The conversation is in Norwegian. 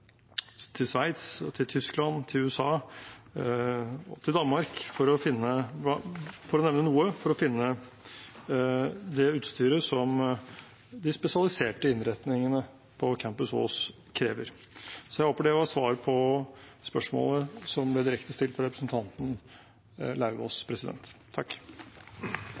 Sveits, Tyskland, USA og Danmark – for å nevnte noen – for å finne det utstyret som de spesialiserte innretningene på Campus Ås krever. Jeg håper det var svar på spørsmålet som ble direkte stilt fra representanten Lauvås.